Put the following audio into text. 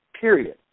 period